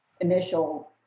initial